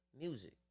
music